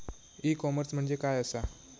E commerce म्हणजे काय असा?